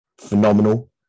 phenomenal